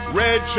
red